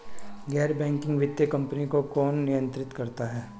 गैर बैंकिंग वित्तीय कंपनियों को कौन नियंत्रित करता है?